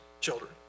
children